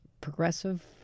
progressive